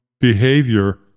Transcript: behavior